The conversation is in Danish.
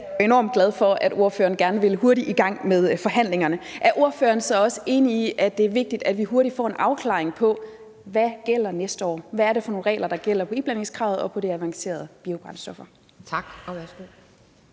Jeg er enormt glad for, at ordføreren gerne vil hurtigt i gang med forhandlingerne. Er ordføreren så også enig i, at det er vigtigt, at vi hurtigt får en afklaring på, hvad der gælder næste år? Hvad er det for nogle regler, der gælder for iblandingskravet og for de avancerede biobrændstoffer? Kl. 11:41 Anden